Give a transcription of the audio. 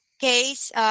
Case